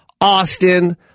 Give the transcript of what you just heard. Austin